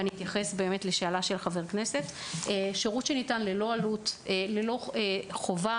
מדובר בשירות שניתן ללא עלות ובלי חובה